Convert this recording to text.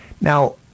Now